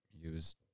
use